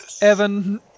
Evan